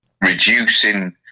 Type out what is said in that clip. reducing